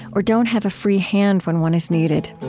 or don't have a free hand when one is needed.